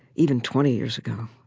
even twenty years ago,